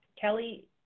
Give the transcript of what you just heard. Kelly